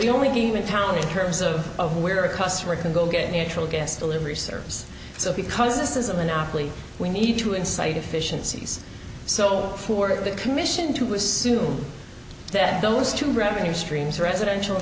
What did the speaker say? the only game in town in terms of of where a customer can go get natural gas delivery service so because this is a monopoly we need to incite efficiencies so who are the commission to assume that those two revenue streams residential